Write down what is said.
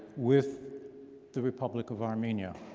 with the republic of armenia.